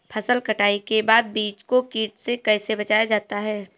फसल कटाई के बाद बीज को कीट से कैसे बचाया जाता है?